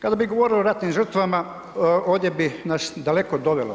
Kada bi govorili o ratnim žrtvama ovdje bi nas daleko dovelo.